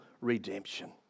redemption